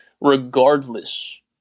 regardless